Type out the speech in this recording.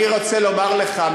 אני רוצה לומר לך,